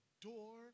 door